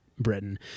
britain